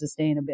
sustainability